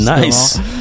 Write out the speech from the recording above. Nice